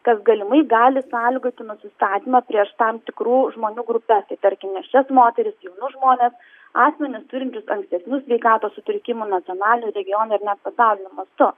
kas galimai gali sąlygoti nusistatymą prieš tam tikrų žmonių grupes tai tarkim nėščias moteris jaunus žmones asmenis turinčius ankstesnių sveikatos sutrikimų nacionaliniu regioniniu ir net pasauliniu mastu